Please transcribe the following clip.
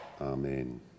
amen